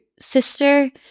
sister